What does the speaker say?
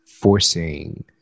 forcing